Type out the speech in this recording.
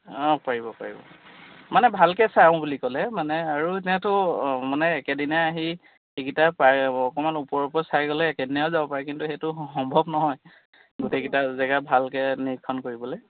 অঁ পাৰিব পাৰিব মানে ভালকৈ চাওঁ বুলি ক'লে মানে আৰু এনেইতো মানে একেদিনাই আহি সেইকেইটা পাই অকণমান ওপৰে ওপৰে চাই গ'লে একেদিনায়ো যাব পাৰে কিন্তু সেইটো সম্ভৱ নহয় গোটেইকেইটা জেগা ভালকৈ নিৰীক্ষণ কৰিবলৈ